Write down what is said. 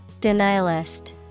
denialist